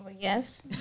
Yes